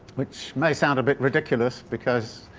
which may sound a bit ridiculous because,